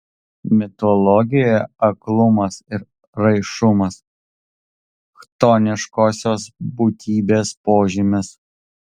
mitologijoje aklumas ir raišumas chtoniškosios būtybės požymis